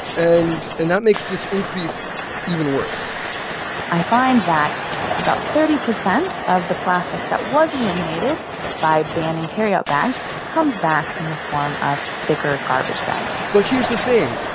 and and that makes this increase even worse i find that about thirty percent of the plastic that was eliminated by banning carryout bags comes back in the form of thicker garbage bags but here's the thing.